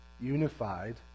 unified